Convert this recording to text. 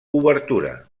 obertura